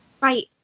Right